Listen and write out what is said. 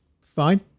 Fine